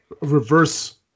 reverse